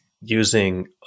using